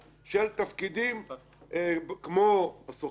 של תפקידים כמו הסוכנות,